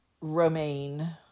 romaine